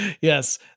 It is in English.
yes